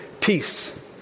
peace